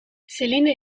céline